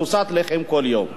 פרוסת לחם כל יום.